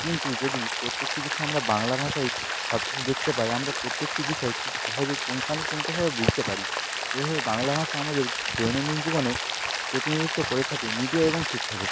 কিন্তু যদি প্রত্যেকটি বিষয় আমরা বাংলা ভাষায় সব কিছু দেখতে পাই আমরা প্রত্যেকটি বিষয় খুব সহজেই পুঙ্খানুপুঙ্খভাবে বুঝতে পারি এভাবে বাংলা ভাষা আমাদের দৈনন্দিন জীবনের প্রতিনিধিত্ব করে থাকে মিডিয়া এবং শিক্ষাকে